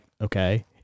okay